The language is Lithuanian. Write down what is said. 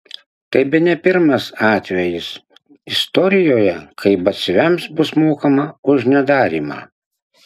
tai bene pirmas atvejis istorijoje kai batsiuviams bus mokama už nedarymą